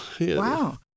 wow